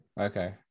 Okay